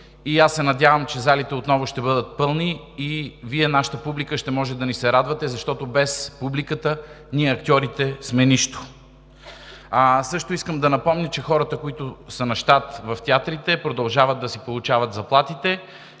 и аз се надявам, че залите отново ще бъдат пълни и Вие – нашата публика, ще може да ни се радвате, защото без публиката ние – актьорите, сме нищо. Също искам да напомня, че хората, които са на щат в театрите, продължават да си получават заплатите